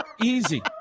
easy